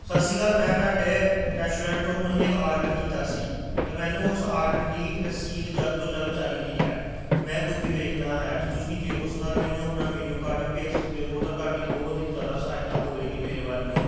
ਸਤਿ ਸ਼੍ਰੀ ਅਕਾਲ ਮੈਂ ਤੁਹਾਡੇ ਰੈਸਟੋਰੈਂਟ ਤੋਂ ਹੁਣ ਹੀ ਇੱਕ ਔਡਰ ਕੀਤਾ ਸੀ ਅਤੇ ਮੈਨੂੰ ਉਸ ਔਡਰ ਦੀ ਰਸੀਦ ਜਲਦ ਤੋਂ ਜਲਦ ਚਾਹੀਦੀ ਹੈ ਮੈਂ ਕੁਝ ਵੇਖਣਾ ਹੈ ਅਤੇ ਤੁਸੀਂ ਜੇ ਉਸ ਨਾਲ ਮੈਨੂੰ ਆਪਣਾ ਮੈਨਯੂ ਕਾਰਡ ਵੀ ਭੇਜ ਸਕਦੇ ਹੋ ਤਾਂ ਤੁਹਾਡੀ ਬਹੁਤ ਹੀ ਜ਼ਿਆਦਾ ਸਹਾਇਤਾ ਹੋਵੇਗੀ ਮੇਰੇ ਵੱਲ ਨੂੰ